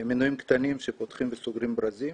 מנועים קטנים שפותחים וסוגרים ברזים.